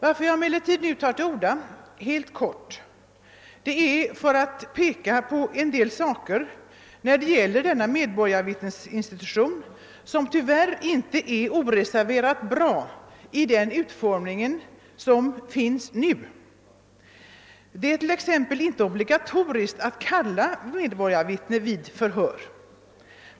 Jag har emellertid tagit till orda för att helt kort peka på en del detaljer i denna medborgarvittnesinstitution som tyvärr inte är oreserverat bra i den nuvarande utformningen. Det är t.ex. inte obligatoriskt att kalla medborgarvittne vid förhör.